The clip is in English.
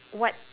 what